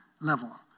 level